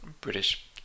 British